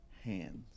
hands